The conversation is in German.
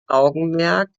augenmerk